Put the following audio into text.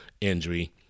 injury